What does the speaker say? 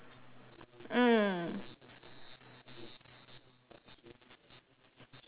mm